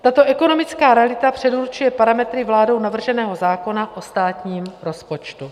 Tato ekonomická realita předurčuje parametry vládou navrženého zákona o státním rozpočtu.